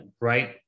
right